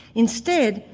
instead,